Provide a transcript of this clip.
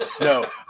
No